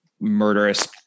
murderous